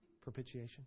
propitiation